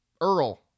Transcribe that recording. Earl